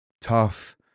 tough